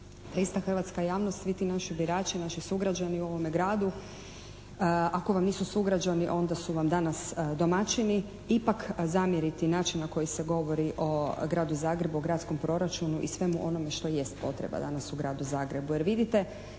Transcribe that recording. ista hrvatska javnost, svi ti naši birači, naši sugrađani u ovome gradu, a ako vam nisu sugrađani a onda su vam danas domaćini, ipak zamjeriti način na koji se govori o gradu Zagrebu, o gradskom proračunu i svemu onome što jest potreba danas u gradu Zagrebu.